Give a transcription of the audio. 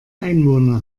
einwohner